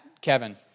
Kevin